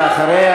ואחריה,